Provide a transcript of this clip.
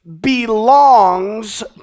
belongs